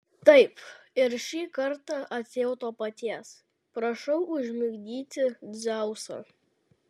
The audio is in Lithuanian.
taip ir šį kartą atėjau to paties prašau užmigdyti dzeusą